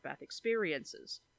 experiences